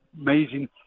amazing